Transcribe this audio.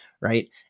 right